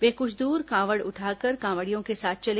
वे कुछ दूर तक कांवड़ उठाकर कांवड़ियों के साथ चले